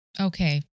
Okay